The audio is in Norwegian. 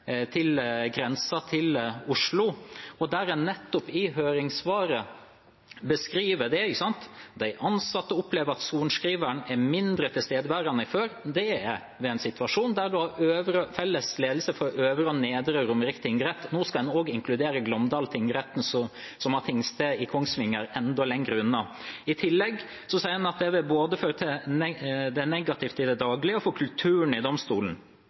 grensa til Oslo. I høringssvaret beskriver man nettopp det: De ansatte opplever at sorenskriveren er mindre tilstedeværende enn før. Det er en situasjon der man har felles ledelse for Øvre og Nedre Romerike tingrett. Nå skal man også inkludere Glåmdal tingrett, som har tingsted i Kongsvinger, som er enda lenger unna. I tillegg sier man at det vil være negativt både i det daglige og for kulturen i domstolen.